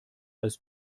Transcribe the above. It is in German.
als